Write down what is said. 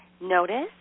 Notice